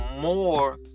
more